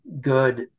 good